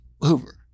Hoover